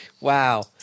wow